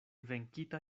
venkita